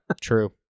True